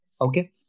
Okay